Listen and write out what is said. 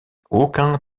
aucun